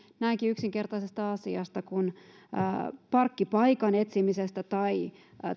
näinkin yksinkertaisesta asiasta kuin parkkipaikan etsimisestä tai